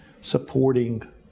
supporting